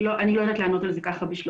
אני לא יודעת לענות על זה ככה בשלוף.